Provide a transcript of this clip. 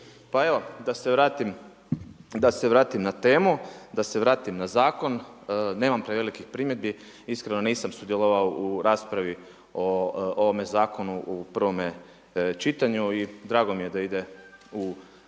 Pa evo da se vratim na temu, da se vratim na zakon. Nemam prevelikih primjedbi. Iskreno nisam sudjelovao u raspravi o ovome Zakonu u prvome čitanju i drago mi je da ide u ovome